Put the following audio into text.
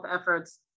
efforts